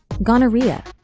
gonorrhea.